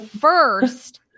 First